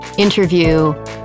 Interview